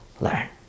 learn